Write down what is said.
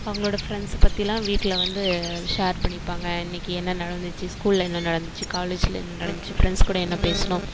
அவங்களோட ஃப்ரெண்ட்ஸ் பற்றிலாம் வீட்டில் வந்து ஷேர் பண்ணிப்பாங்க இன்னைக்கு என்ன நடந்துச்சு ஸ்கூலில் என்ன நடந்துச்சு காலேஜில் என்ன நடந்துச்சு ஃப்ரெண்ட்ஸ் கூட என்ன பேசுனோம்